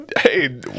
Hey